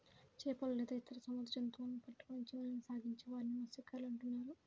చేపలు లేదా ఇతర సముద్ర జంతువులను పట్టుకొని జీవనాన్ని కొనసాగించే వారిని మత్య్సకారులు అంటున్నారు